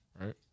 Right